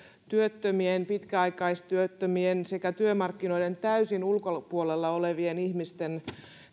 työttömien pitkäaikaistyöttömien sekä täysin työmarkkinoiden ulkopuolella olevien ihmisten